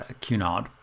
Cunard